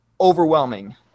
overwhelming